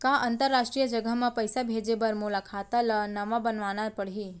का अंतरराष्ट्रीय जगह म पइसा भेजे बर मोला खाता ल नवा बनवाना पड़ही?